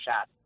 shot